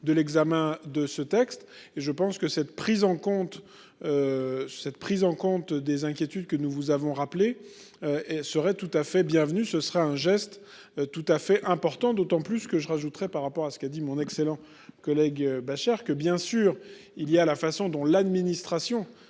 de l'examen de ce texte et je pense que cette prise en compte. Cette prise en compte des inquiétudes que nous vous avons rappelé. Serait tout à fait bienvenue. Ce sera un geste tout à fait important d'autant plus que je rajouterai par rapport à ce qu'a dit mon excellent collègue Bachar que bien sûr il y a la façon dont l'administration